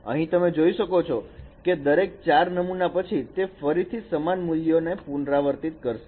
અહીં તમે જોઈ શકો છો કે દરેક 4 નમુના પછી તે ફરીથી સમાન મૂલ્ય ને પુનરાવર્તન કરશે